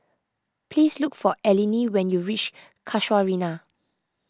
please look for Eleni when you reach Casuarina